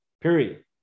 Period